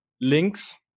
links